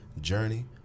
journey